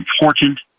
important